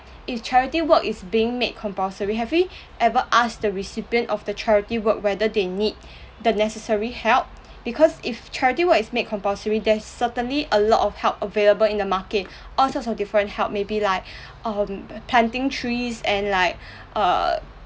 if charity work is being made compulsory have we ever asked the recipient of the charity work whether they need the necessary help because if charity work is made compulsory there's certainly a lot of help available in the market all sorts of different help maybe like um planting trees and like uh